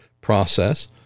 process